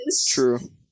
True